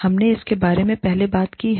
हमने इसके बारे में पहले बात की है